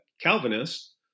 Calvinist